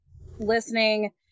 listening